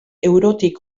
eurotik